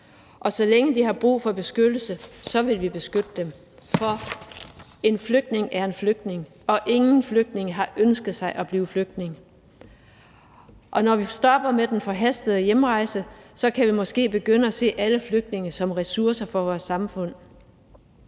og så længe de har brug for beskyttelse, vil vi beskytte dem, for en flygtning er en flygtning, og ingen flygtning har ønsket sig at blive flygtning. Når vi stopper med den forhastede hjemrejse, kan vi måske begynde at se alle flygtninge som ressourcer for vores samfund.